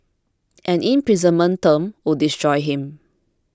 an imprisonment term would destroy him